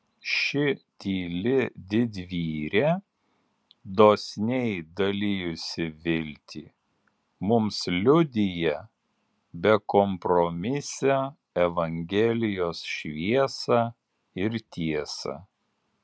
ši tyli didvyrė dosniai dalijusi viltį mums liudija bekompromisę evangelijos šviesą ir tiesą